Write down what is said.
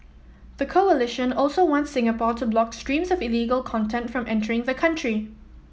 the coalition also wants Singapore to block streams of illegal content from entering the country